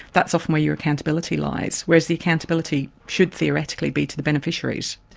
that's often where your accountability lies, whereas the accountability should theoretically be to the beneficiaries.